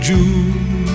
June